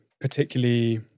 particularly